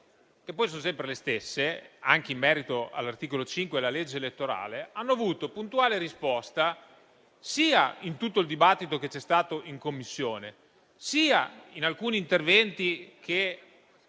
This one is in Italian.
che poi sono sempre le stesse, anche in merito all'articolo 5 della legge elettorale, hanno avuto puntuale risposta, sia in tutto il dibattito che c'è stato in Commissione, sia in alcuni interventi che